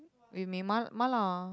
with me ma~ mala